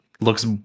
looks